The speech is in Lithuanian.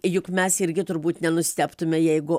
juk mes irgi turbūt nenustebtume jeigu